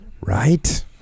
Right